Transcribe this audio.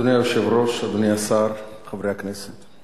אדוני היושב-ראש, אדוני השר, חברי הכנסת,